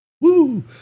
Woo